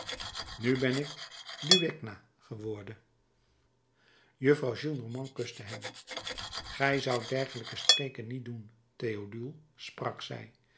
nu ben ik duegna geworden juffrouw gillenormand kuste hem gij zoudt dergelijke streken niet doen théodule sprak zij